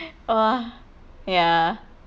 !wah! ya